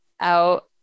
out